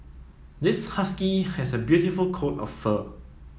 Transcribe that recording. this husky has a beautiful coat of fur